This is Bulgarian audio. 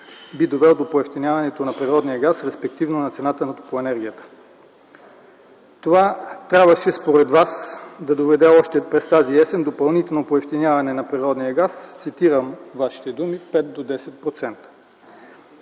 би довел до поевтиняването на природния газ, респективно на цената на топлоенергията. Това трябваше, според Вас, още през тази есен да доведе до допълнително поевтиняване на природния газ, цитирам Вашите думи – с 5 до 10%.